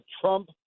Trump